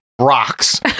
Rocks